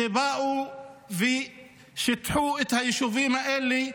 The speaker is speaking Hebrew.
באו ושיטחו את היישובים האלה,